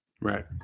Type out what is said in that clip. Right